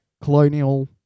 colonial